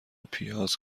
پیاز